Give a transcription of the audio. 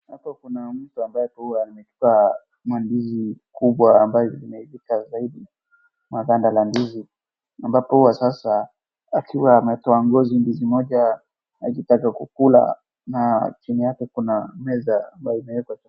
Hapo kuna mtu ambapo hua amevaa mandizi kubwa ambaye zimepita zaidi maganda la ndizi ambapo huwa sasa akiwa ametoa ngozi ndizi moja akitaka kukula na chini yake kuna meza amabao imewekwa.